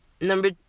number